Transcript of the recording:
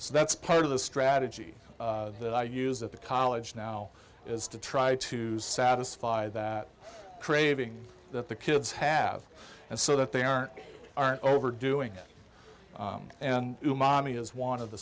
so that's part of the strategy that i use at the college now is to try to satisfy that craving that the kids have and so that they aren't aren't overdoing it and mommy is one of the